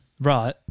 Right